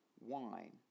wine